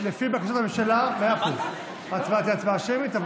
לפי בקשת הממשלה ההצבעה תהיה הצבעה שמית.